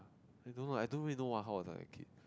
I don't know I don't really know what how was like a kid